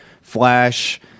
Flash